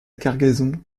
cargaison